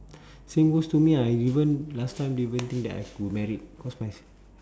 same goes to me I even last time didn't even think that I could married cause my